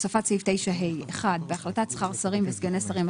הוספת סעיף 9ה1. בהחלטת שכר שרים וסגני שרים,